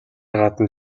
гадна